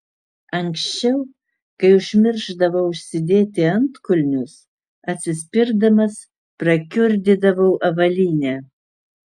anksčiau kai užmiršdavau užsidėti antkulnius atsispirdamas prakiurdydavau avalynę